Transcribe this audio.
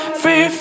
Free